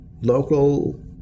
local